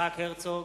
הרצוג,